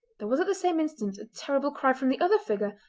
there was at the same instant a terrible cry from the other figure,